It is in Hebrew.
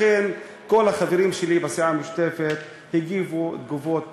לכן כל החברים שלי בסיעה המשותפת הגיבו תגובות פוליטיות.